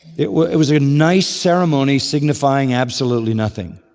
it was it was a nice ceremony signifying absolutely nothing.